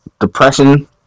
depression